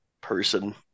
person